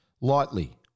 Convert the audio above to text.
lightly